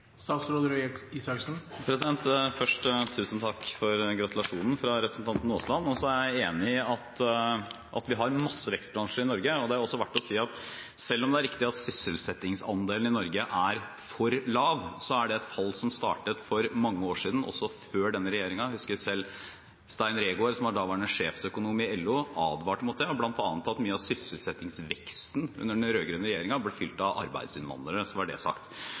Først tusen takk for gratulasjonen fra representanten Aasland. Jeg er enig i at vi har mange vekstbransjer i Norge, og det er også verdt å si at selv om det er riktig at sysselsettingsandelen i Norge er for lav, er det et fall som startet for mange år siden – også før denne regjeringen. Jeg husker selv at Stein Reegård som var daværende sjeføkonom i LO, advarte mot det, og bl.a. at mye av sysselsettingsveksten under den rød-grønne regjeringen ble fylt av arbeidsinnvandrere. Så var det sagt.